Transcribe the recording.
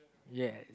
ya